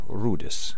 rudis